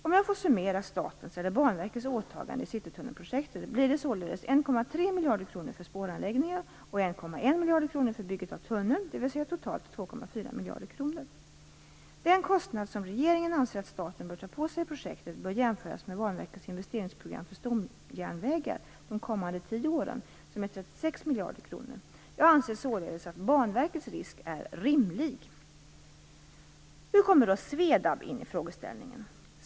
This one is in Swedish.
Om jag får summera statens eller Banverkets åtagande i citytunnelprojektet blir det således 1,3 miljarder kronor för spåranläggningar och 1,1 miljarder kronor för bygget av tunneln, dvs. totalt 2,4 miljarder kronor. Den kostnad som regeringen anser att staten bör ta på sig i projektet bör jämföras med Banverkets investeringsram för stomjärnvägar de kommande tio åren som är 36 miljarder kronor. Jag anser således att Banverkets risk är rimlig. Hur kommer då SVEDAB in i frågeställningen?